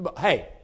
Hey